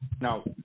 Now